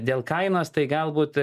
dėl kainos tai galbūt